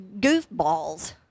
Goofballs